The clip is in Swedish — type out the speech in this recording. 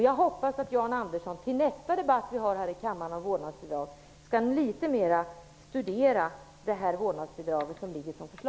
Jag hoppas att Jan Andersson till nästa debatt om vårdnadsbidrag här i kammaren har studerat förslaget litet bättre.